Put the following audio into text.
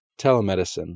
telemedicine